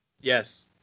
yes